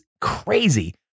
crazy